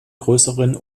größeren